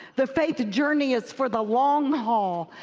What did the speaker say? the faith journey is for the long-haul.